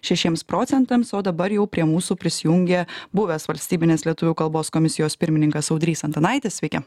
šešiems procentams o dabar jau prie mūsų prisijungė buvęs valstybinės lietuvių kalbos komisijos pirmininkas audrys antanaitis sveiki